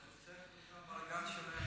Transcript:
נשב בוועדה, נוסיף גני ילדים, בלגן שלם.